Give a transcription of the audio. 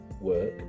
work